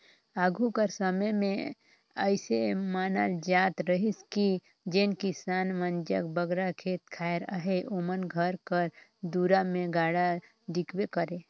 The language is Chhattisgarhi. आघु कर समे मे अइसे मानल जात रहिस कि जेन किसान मन जग बगरा खेत खाएर अहे ओमन घर कर दुरा मे गाड़ा दिखबे करे